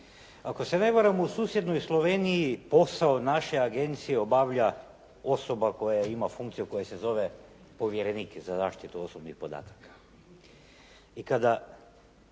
Ako se ne varam, u susjednoj Sloveniji posao naše agencije obavlja osoba koja ima funkciju koja se zove povjerenik za zaštitu osobnih podataka. I kada